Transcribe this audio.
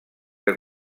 que